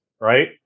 right